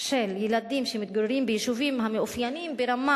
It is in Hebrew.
של ילדים שמתגוררים ביישובים המאופיינים ברמה